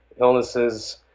illnesses